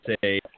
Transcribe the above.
say